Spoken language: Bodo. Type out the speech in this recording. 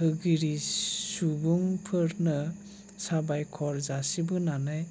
होगिरि सुबुंफोरनो साबायखर जासिबोनानै